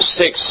six